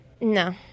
No